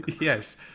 Yes